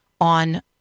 on